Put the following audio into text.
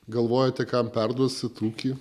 galvojate kam perduosit ūkį